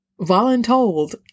voluntold